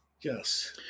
Yes